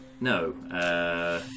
No